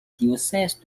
diocèse